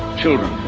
children